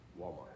Walmart